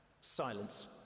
Silence